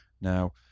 Now